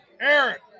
Eric